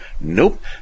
Nope